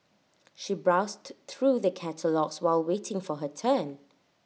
she browsed through the catalogues while waiting for her turn